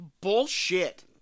Bullshit